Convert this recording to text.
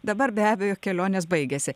dabar be abejo kelionės baigėsi